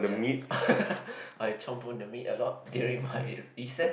ya I chomp on the meat a lot during my recess